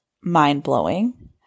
mind-blowing